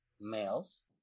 males